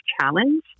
challenge